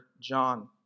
John